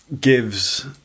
gives